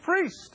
priest